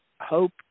hope